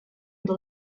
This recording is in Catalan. del